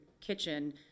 kitchen